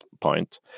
point